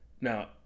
Now